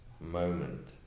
moment